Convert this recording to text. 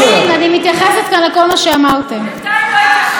היא לא טרחה לבוא לדיונים בכלל.